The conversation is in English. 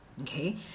Okay